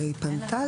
היא פנתה.